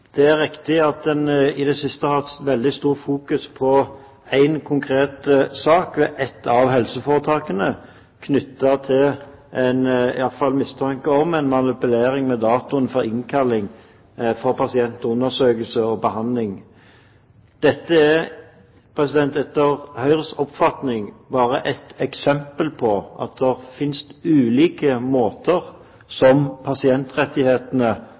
Det er riktig at en i det siste har hatt veldig stort fokus på en konkret sak ved ett av helseforetakene knyttet til – i alle fall mistanke om – en manipulering av datoen for innkalling til pasientundersøkelser og behandling. Dette er etter Høyres oppfatning bare ett eksempel på at det finnes ulike måter som pasientrettighetene